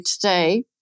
today